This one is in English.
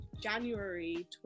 January